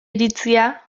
iritzia